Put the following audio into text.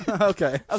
Okay